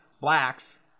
blacks